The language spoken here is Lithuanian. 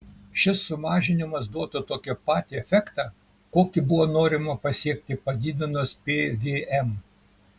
šis sumažinimas duotų tokį patį efektą kokį buvo norima pasiekti padidinus pvm